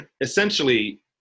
essentially